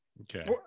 Okay